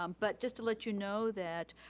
um but just to let you know that